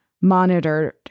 monitored